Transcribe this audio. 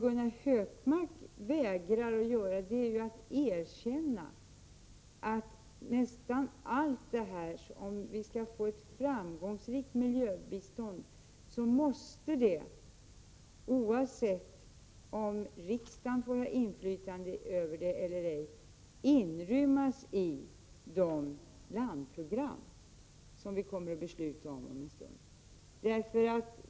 Gunnar Hökmark vägrar att erkänna att nästan allt detta måste inrymmas i det landprogram som vi om en stund kommer att besluta om — oavsett om riksdagen har ett inflytande över användningen eller inte.